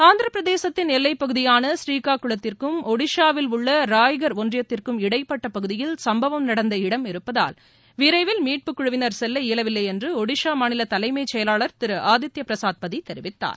ஆந்திரப்பிரதேசத்தின் எல்லைப் பகுதியான பழீகாகுளத்திற்கும் ஒன்றியத்திற்கும் இடைப்பட்ட பகுதியில் சம்பவம் நடந்த இடம் இருப்பதால் விரைவில் மீட்புக் குழுவினர் செல்ல இயலவில்லை என்று ஒடிஷா மாநில தலைமைச் செயலாளர் திரு ஆதித்ய பிரசாத் பதி தெரிவித்தார்